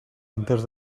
enters